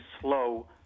slow